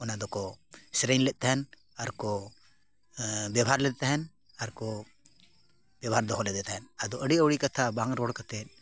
ᱚᱱᱟ ᱫᱚᱠᱚ ᱥᱮᱨᱮᱧ ᱞᱮᱫ ᱛᱟᱦᱮᱱ ᱟᱨ ᱠᱚ ᱵᱮᱵᱷᱟᱨ ᱞᱮᱫᱮ ᱛᱟᱦᱮᱱ ᱟᱨ ᱠᱚ ᱵᱮᱵᱷᱟᱨ ᱫᱚᱦᱚ ᱞᱮᱫᱮ ᱛᱟᱦᱮᱱ ᱟᱫᱚ ᱟᱹᱰᱤ ᱟᱹᱣᱲᱤ ᱠᱟᱛᱷᱟ ᱵᱟᱝ ᱨᱚᱲ ᱠᱟᱛᱮᱫ